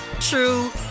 true